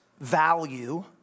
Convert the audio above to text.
value